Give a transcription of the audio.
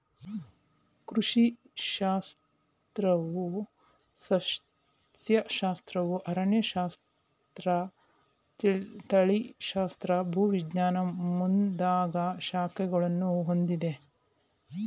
ಕೃಷಿ ಶಾಸ್ತ್ರವು ಸಸ್ಯಶಾಸ್ತ್ರ, ಅರಣ್ಯಶಾಸ್ತ್ರ, ತಳಿಶಾಸ್ತ್ರ, ಭೂವಿಜ್ಞಾನ ಮುಂದಾಗ ಶಾಖೆಗಳನ್ನು ಹೊಂದಿದೆ